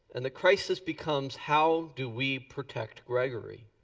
and the crisis becomes how do we protect grigory?